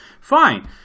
Fine